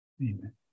Amen